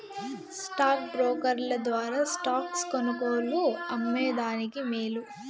stock బ్రోకర్ల ద్వారా stocks కొనుగోలు, అమ్మే దానికి మేలు